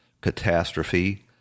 catastrophe